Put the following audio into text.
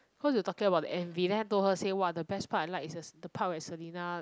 cause we were talking about the m_v then I told her say !wah! the best part I like is the part where selina